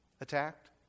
attacked